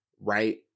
right